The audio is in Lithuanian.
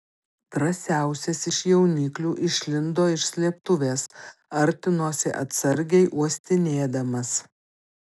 drąsiausias iš jauniklių išlindo iš slėptuvės artinosi atsargiai uostinėdamas